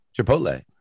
Chipotle